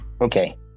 okay